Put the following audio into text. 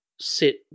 sit